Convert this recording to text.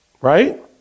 Right